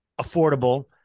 affordable